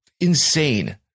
insane